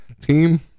team